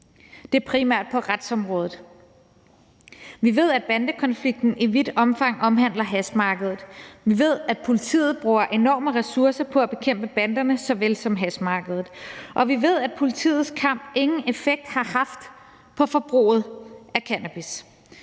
det er primært på retsområdet. Vi ved, at bandekonflikten i vidt omfang omhandler hashmarkedet, vi ved, at politiet bruger enorme ressourcer på at bekæmpe banderne såvel som hashmarkedet, og vi ved, at politiets kamp ingen effekt har haft på forbruget af cannabis.